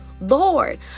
Lord